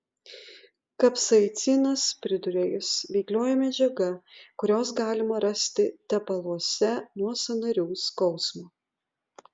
kapsaicinas priduria jis veiklioji medžiaga kurios galima rasti tepaluose nuo sąnarių skausmo